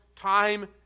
time